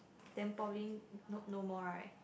then probably no no more right